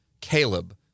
Caleb